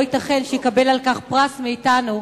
לא ייתכן שיקבל על כך פרס מאתנו,